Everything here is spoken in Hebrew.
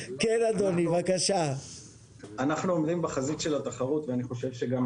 אנחנו עומדים בחזית התחרות ואני חושב שאנחנו